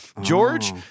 George